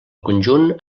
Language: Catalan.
conjunt